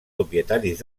propietaris